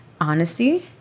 honesty